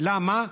למה?